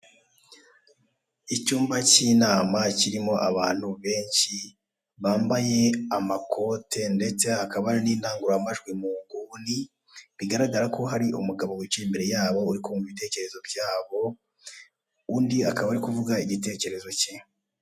Icyumba cy'inama kirimo abantu benshi bambaye amakote, ndetse hakaba hari n'indangururamajwi mu nguni, bigaragara ko hari umugabo wicaye imbere yabo uri kumva ibitekerezo byabo, undi akaba ari kuvuga igitekerezo cye.